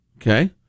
Okay